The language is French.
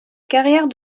carrière